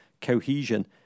cohesion